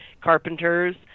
carpenters